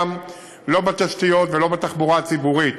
לא בתשתיות ולא בתחבורה הציבורית,